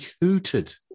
hooted